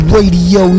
Radio